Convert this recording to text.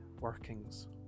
workings